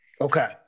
Okay